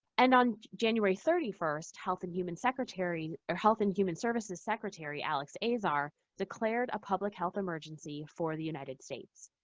and on january thirty one, health and human secretary or health and human services secretary alex azar declared a public health emergency for the united states.